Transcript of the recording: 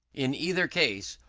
in either case,